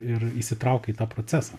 ir įsitraukei į tą procesą